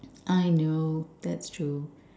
I know that's true